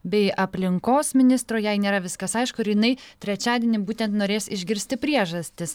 bei aplinkos ministro jei nėra viskas aišku ir jinai trečiadienį būtent norės išgirsti priežastis